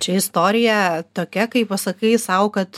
čia istorija tokia kai pasakai sau kad